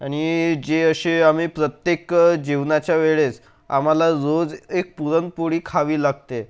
आणि जे असे आम्ही प्रत्येक जेवणाच्या वेळेस आम्हाला रोज एक पुरणपोळी खावी लागते